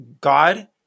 God